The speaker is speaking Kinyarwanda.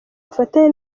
bufatanye